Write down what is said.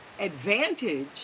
advantage